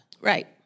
Right